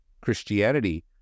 christianity